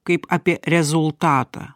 kaip apie rezultatą